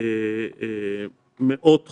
מאות חולים.